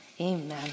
Amen